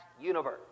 universe